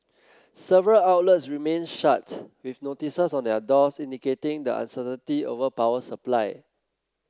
several outlets remained shut with notices on their doors indicating the uncertainty over power supply